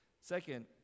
Second